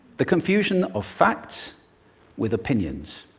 the confusion of facts with opinions.